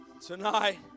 Tonight